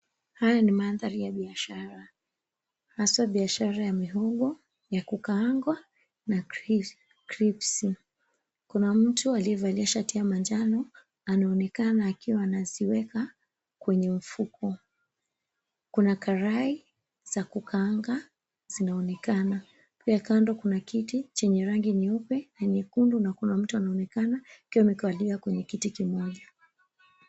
Haya ni mandhari ya biashara, haswa biashara ya mihogo ya kukaangwa na kripsi. Kuna mtu aliyevalia shati ya manjano anaonekana akiwa anaziweka kwenye mfuko. Kuna karai za kukaanga zinaonekana, pia kando kuna kiti chenye rangi nyeupe na nyekundu na kuna mtu anaonekana akiwa amekalia kwenye kiti kimoja.